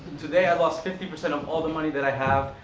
today i lost fifty percent of all the money that i had,